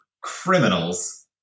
criminals